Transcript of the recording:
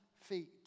feet